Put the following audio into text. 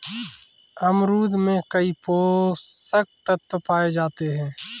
अमरूद में कई पोषक तत्व पाए जाते हैं